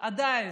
עדיין.